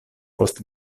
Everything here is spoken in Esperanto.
post